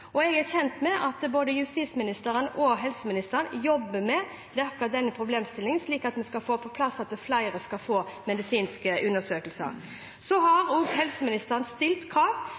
både justisministeren og helseministeren jobber med akkurat denne problemstillingen, slik at flere skal få medisinsk undersøkelse. Helseministeren har også stilt krav til alle de regionale helseforetakene om at sosialpediatrisk kompetanse skal